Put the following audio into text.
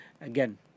again